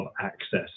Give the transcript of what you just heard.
access